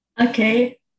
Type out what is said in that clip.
okay